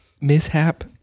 mishap